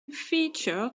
featured